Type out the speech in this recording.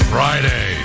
Friday